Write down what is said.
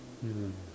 ya